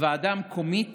לוועדה המקומית